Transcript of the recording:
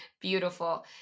Beautiful